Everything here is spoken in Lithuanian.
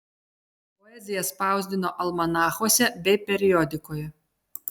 poeziją spausdino almanachuose bei periodikoje